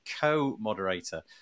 co-moderator